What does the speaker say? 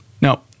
Now